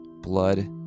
Blood